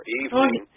evening